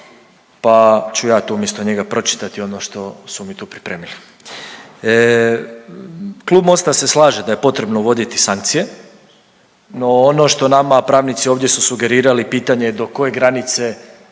pa ću ja to umjesto njega pročitati ono što su mi tu pripremili. Klub Mosta se slaže da je potrebno uvoditi sankcije, no ono što nama pravnici ovdje su sugerirali pitanje do koje granice